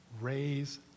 raise